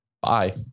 Bye